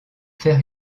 faits